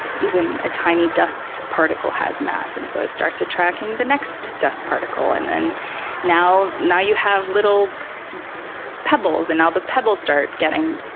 even a tiny dust particle has mass, and so it starts attracting the next dust particle, and now now you have little pebbles, and now the pebbles start getting